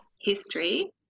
history